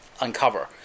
uncover